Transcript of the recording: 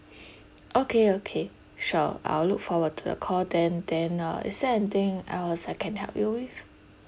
okay okay sure I'll look forward to the call then then uh is there anything else I can help you with